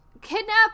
kidnap